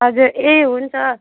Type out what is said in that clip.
हजुर ए हुन्छ